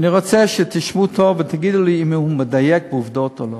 ואני רוצה שתשמעו טוב ותגידו לי אם הוא מדייק בעובדות או לא.